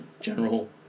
general